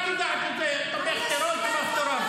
רק יודעת "תומך טרור, תומך טרור".